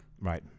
Right